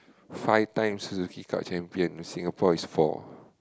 five times Suzuki Cup champion Singapore is four